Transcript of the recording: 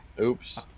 Oops